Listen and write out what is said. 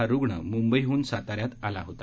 हा रुग्ण मुंबईतून साताऱ्यात आला होता